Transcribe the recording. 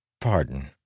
Pardon